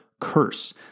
Curse